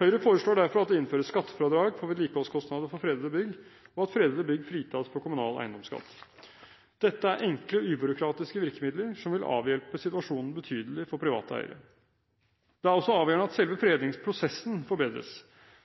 Høyre foreslår derfor at det innføres skattefradrag for vedlikeholdskostnader for fredede bygg, og at fredede bygg fritas for kommunal eiendomsskatt. Dette er enkle og ubyråkratiske virkemidler som vil avhjelpe situasjonen betydelig for private eiere. Det er også avgjørende at selve fredningsprosessen forbedres.